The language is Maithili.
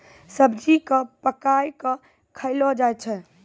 सब्जी क पकाय कॅ खयलो जाय छै